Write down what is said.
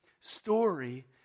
story